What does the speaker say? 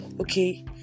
Okay